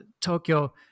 Tokyo